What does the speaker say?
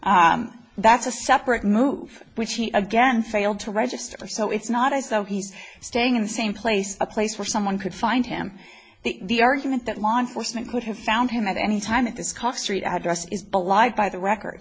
that's a separate move which he again failed to register so it's not as though he's staying in the same place a place where someone could find him the argument that law enforcement could have found him at any time at this cost street address is belied by the record